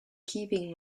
keeping